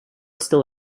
still